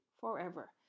forever